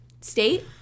state